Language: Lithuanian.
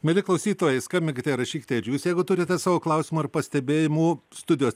mieli klausytojai skambinkite rašykite ir jūs jeigu turite savo klausimų ar pastebėjimų studijos